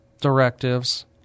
directives